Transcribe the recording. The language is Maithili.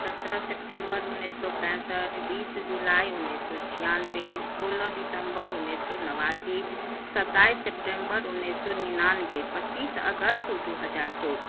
सत्रह सेप्टेम्बर उन्नैस सौए पैंसठि बीस जुलाई उन्नैस सए छियानवे सोलह दिसम्बर उन्नैस सए नबासी सत्ताइस सेप्टेम्बर उन्नैस सए निनानवे पच्चीस अगस्त दू हजार चौदह